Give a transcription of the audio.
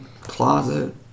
closet